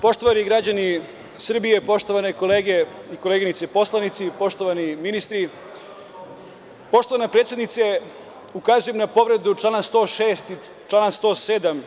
Poštovani građani Srbije, poštovane kolege i koleginice poslanici, poštovani ministri, poštovana predsednice, ukazujem na povredu člana 106. i člana 107.